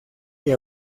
que